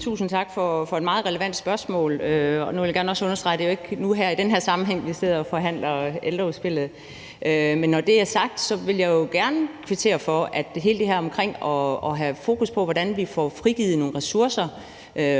Tusind tak for et meget relevant spørgsmål. Nu vil jeg også gerne understrege, at det jo ikke er nu og her i den her sammenhæng, at vi sidder og forhandler ældreudspillet. Men når det er sagt, vil jeg gerne kvittere for hele det her om at have fokus på, hvordan vi får frigivet nogle ressourcer